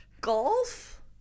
golf